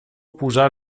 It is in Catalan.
posà